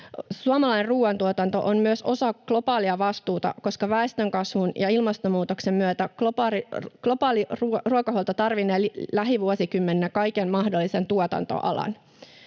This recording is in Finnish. Suomalainen ruoantuotanto on myös osa globaalia vastuuta, koska väestönkasvun ja ilmastonmuutoksen myötä globaali ruokahuolto tarvinnee lähivuosikymmeninä kaiken mahdollisen tuotantoalan,